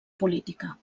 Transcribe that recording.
política